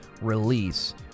release